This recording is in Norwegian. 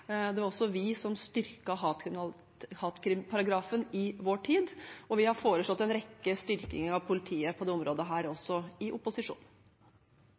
Det var også vi som styrket hatkrimparagrafen i vår tid, og vi har foreslått en rekke styrkinger av politiet på dette området, også i opposisjon.